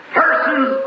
persons